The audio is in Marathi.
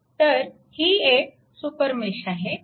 तर ही एक सुपरमेश आहे